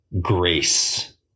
grace